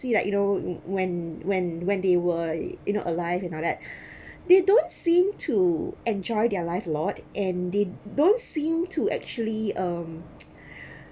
see like you know when when when they were you know alive and all that they don't seem to enjoy their life a lot and they don't seem to actually um